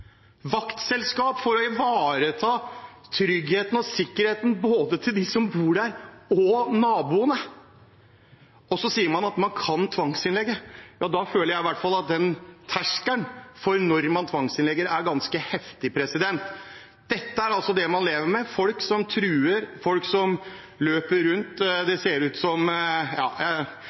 for å ivareta tryggheten og sikkerheten både til dem som bor der, og til naboene. Og så sier man at man kan tvangsinnlegge! Ja, da føler jeg i hvert fall at terskelen for når man tvangsinnlegger, er ganske heftig. Dette er altså det man lever med, folk som truer, folk som løper rundt. Det ser ut som – ja, jeg